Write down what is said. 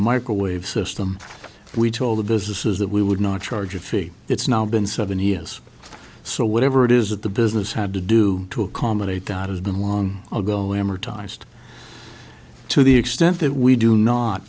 microwave system we told the businesses that we would not charge a fee it's now been seven years so whatever it is that the business had to do to accommodate that has been long ago amortized to the extent that we do not